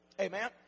Amen